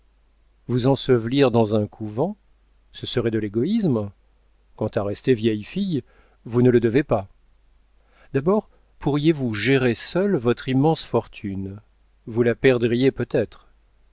vous ensevelir dans un couvent ce serait de l'égoïsme quant à rester vieille fille vous ne le devez pas d'abord pourriez-vous gérer seule votre immense fortune vous la perdriez peut-être